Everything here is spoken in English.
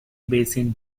basin